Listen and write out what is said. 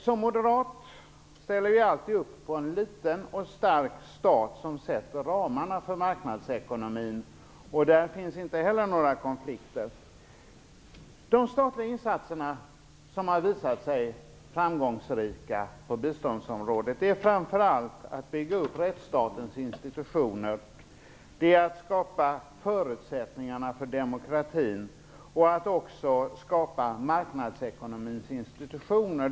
Som moderat ställer jag alltid upp på en liten och stark stat som sätter ramarna för marknadsekonomin. Inte heller kring detta finns det några konflikter. De statliga insatser som har visat sig framgångsrika på biståndsområdet är framför allt att man bygger upp rättsstatens institutioner, att man skapar förutsättningarna för demokratin och att man också skapar marknadsekonomins institutioner.